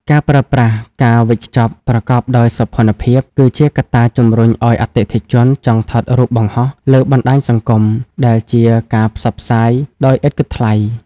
ការប្រើប្រាស់ "ការវេចខ្ចប់ប្រកបដោយសោភ័ណភាព" គឺជាកត្តាជម្រុញឱ្យអតិថិជនចង់ថតរូបបង្ហោះលើបណ្ដាញសង្គម ដែលជាការផ្សព្វផ្សាយដោយឥតគិតថ្លៃ។